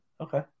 Okay